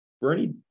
Bernie